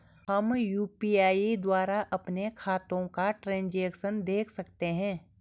हम यु.पी.आई द्वारा अपने खातों का ट्रैन्ज़ैक्शन देख सकते हैं?